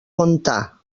contar